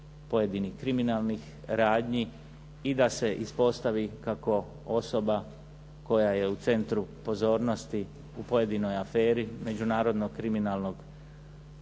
pojedinih kriminalnih radnji i da se ispostavi kako osoba koja je u centru pozornosti u pojedinoj aferi međunarodnog kriminalnog sadržaja